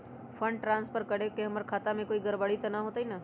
Fund transfer करे से हमर खाता में कोई गड़बड़ी त न होई न?